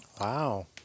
Wow